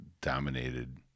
dominated